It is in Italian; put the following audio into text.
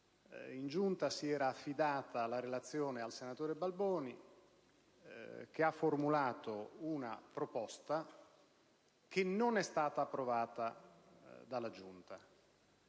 In Giunta si era affidata la relazione al senatore Balboni, il quale ha formulato una proposta che non è stata approvata. La maggioranza